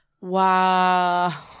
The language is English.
Wow